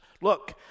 look